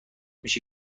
میشه